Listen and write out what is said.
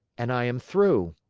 and i am through.